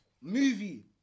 movie